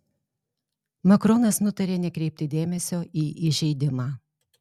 makronas nutarė nekreipti dėmesio į įžeidimą